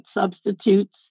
substitutes